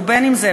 ובין שזה,